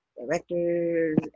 directors